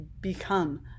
become